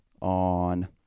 on